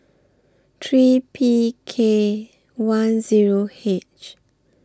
three P K one Zero H